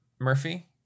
Murphy